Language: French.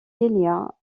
kenya